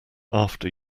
after